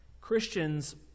Christians